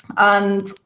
and,